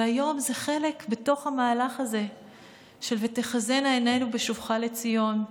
היום זה חלק בתוך המהלך הזה של "ותחזינה עינינו בשובך לציון",